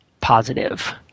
positive